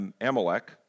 Amalek